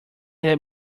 that